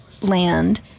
land